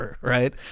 right